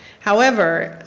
however,